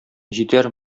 җитәр